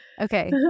Okay